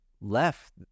left